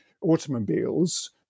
automobiles